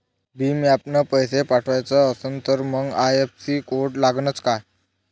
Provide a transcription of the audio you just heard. भीम ॲपनं पैसे पाठवायचा असन तर मंग आय.एफ.एस.सी कोड लागनच काय?